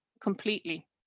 completely